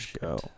go